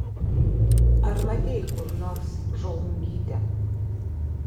ar matei kur nors žolungytę